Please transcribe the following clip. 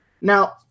Now